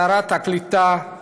שרת הקליטה,